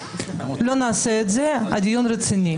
לא נעשה את זה, הדיון רציני.